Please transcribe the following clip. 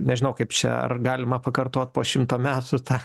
nežinau kaip čia ar galima pakartot po šimto metų tą